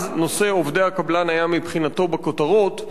אז נושא עובדי הקבלן היה, מבחינתו, בכותרות.